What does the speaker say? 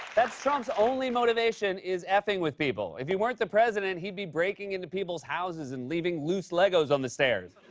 that's trump's only motivation is yeah f-ing with people. if he weren't the president, he'd be breaking into people's houses and leaving loose legos on the stairs.